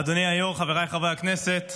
אדוני היו"ר, חבריי חברי הכנסת,